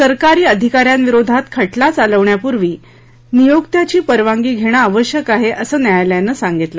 सरकारी अधिकाऱ्यांविरोधात खटला चालवण्यापूर्वी नियोक्त्याची परवानगी घेणे आवश्यक आहे असे न्यायालयाने सांगितलं